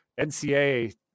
NCA